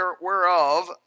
whereof